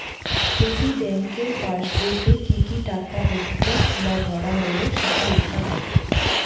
প্রতি ব্যাঙ্কের পাসবইতে কি কি টাকা উঠলো বা ভরা হল সেটা লেখা থাকে